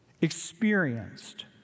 experienced